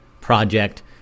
project